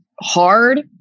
hard